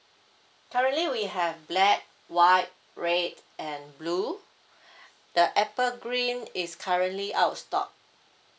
currently we have black white red and blue the apple green is currently out of stock